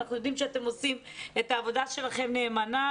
אנחנו יודעים שאתם עושים את העבודה שלכם נאמנה,